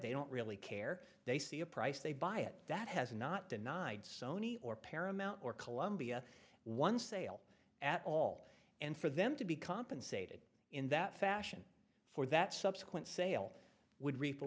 they don't really care they see a price they buy it that has not denied sony or paramount or columbia one sale at all and for them to be compensated in that fashion for that subsequent sale would re